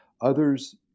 others